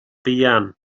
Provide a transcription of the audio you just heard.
fuan